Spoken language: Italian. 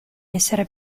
essere